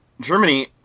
Germany